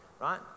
right